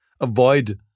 avoid